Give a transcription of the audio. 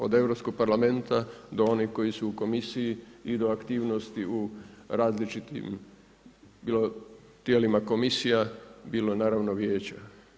Od Europskog parlamenta do onih koji su u komisiji i do aktivnosti u različitim bilo tijelima komisija bilo naravno, vijeća.